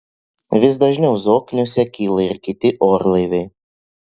vis dažniau zokniuose kyla ir kiti orlaiviai